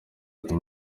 ati